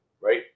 right